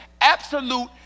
absolute